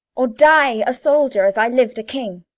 or die a soldier as i liv'd a king.